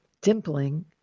dimpling